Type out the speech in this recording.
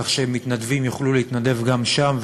כך שמתנדבים יוכלו להתנדב גם שם.